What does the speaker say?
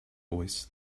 voice